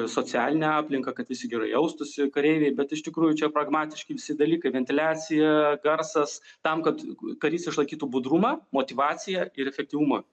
socialinę aplinką kad visi gerai jaustųsi kareiviai bet iš tikrųjų čia pragmatiški visi dalykai ventiliacija garsas tam kad karys išlaikytų budrumą motyvaciją ir efektyvumą